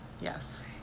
Yes